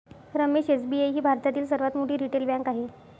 Ramesh SBI ही भारतातील सर्वात मोठी रिटेल बँक आहे